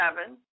seven